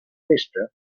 festa